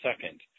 second